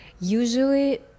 usually